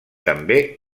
també